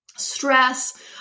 stress